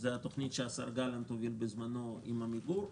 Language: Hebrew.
זו התוכנית שהשר גלנט הוביל בזמנו עם עמיגור.